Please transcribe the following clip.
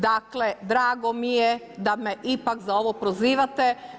Dakle, drago mi je da me ipak za ovo prozivate.